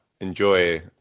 enjoy